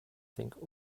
think